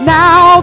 now